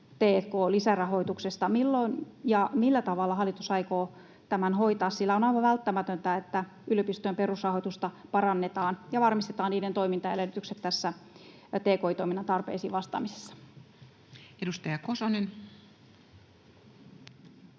t&k-lisärahoituksesta. Milloin ja millä tavalla hallitus aikoo tämän hoitaa, sillä on aivan välttämätöntä, että yliopistojen perusrahoitusta parannetaan ja varmistetaan niiden toimintaedellytykset tässä tki-toiminnan tarpeisiin vastaamisessa? [Speech